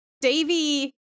davy